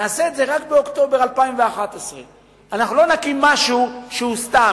נעשה את זה רק באוקטובר 2011. לא נקים משהו שהוא סתם.